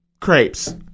Crepes